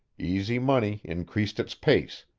easy money increased its pace,